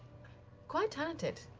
quite talented.